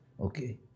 Okay